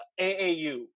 AAU